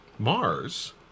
Mars